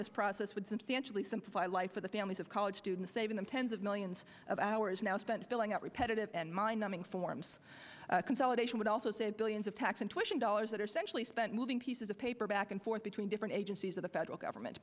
this process would substantially simplify life for the families of college students saving the tens of millions of hours now spent filling out repetitive and mindnumbing forms consolidation would also save billions of tax and thousand dollars that are centrally spent moving pieces of paper back and forth between different agencies of the federal government